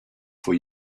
for